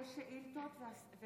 אנחנו